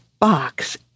box